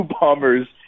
Bombers